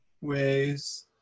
ways